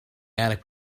attic